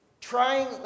trying